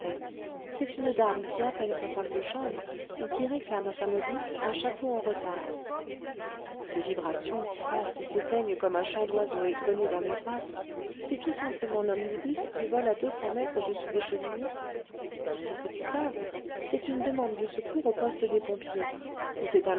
c'est une dame qui appelle sa femme de chambre ou qui réclame à sa modiste un chapeau en retard ces vibrations qui passent et s'éteignent comme un chant d'oiseau égrené dans l'espace c'est tout simplement l'omnibus qui vole à deux cents mètres au-dessus des cheminées ce petit timbre c'est une demande de secours au poste des pompiers ou c'est